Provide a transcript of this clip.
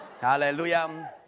Hallelujah